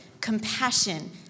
compassion